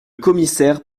commissaire